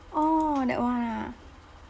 orh that one ah